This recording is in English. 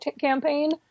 campaign